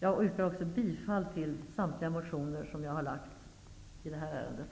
Jag yrkar också bifall till samtliga motioner som jag har lagt fram i det här ärendet.